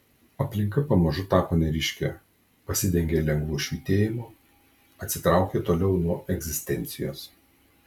aplinka pamažu tapo neryški pasidengė lengvu švytėjimu atsitraukė toliau nuo egzistencijos